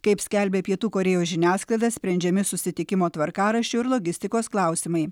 kaip skelbia pietų korėjos žiniasklaida sprendžiami susitikimo tvarkaraščio ir logistikos klausimai